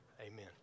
Amen